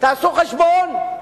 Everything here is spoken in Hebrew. תעשו חשבון,